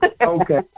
Okay